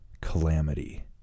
calamity